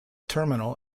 terminal